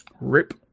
Rip